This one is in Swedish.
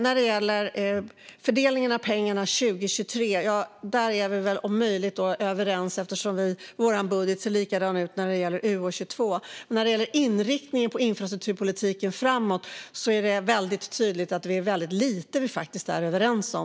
När det gäller fördelningen av pengarna för 2023 är vi om möjligt överens, eftersom våra budgetar ser likadana ut när det gäller UO22. När det gäller inriktningen på infrastrukturpolitiken framöver är det dock väldigt tydligt att det är väldigt lite som vi faktiskt är överens om.